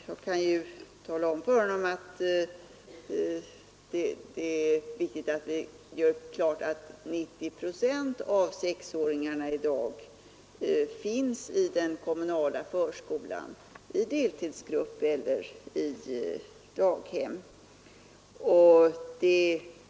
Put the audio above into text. Jag kan tala om för honom att 90 procent av sexåringarna i dag finns i den kommunala förskolan, i deltidsgrupp eller i daghem.